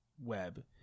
web